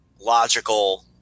logical